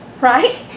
right